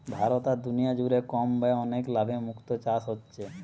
ভারতে আর দুনিয়া জুড়ে কম ব্যয়ে অনেক লাভে মুক্তো চাষ হচ্ছে